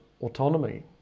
autonomy